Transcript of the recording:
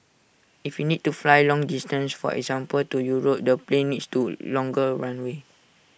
if we need to fly long distance for example to Europe the plane needs to longer runway